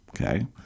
okay